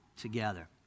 together